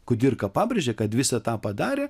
kudirka pabrėžė kad visą tą padarė